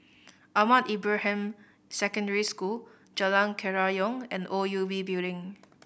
Ahmad Ibrahim Secondary School Jalan Kerayong and O U B Building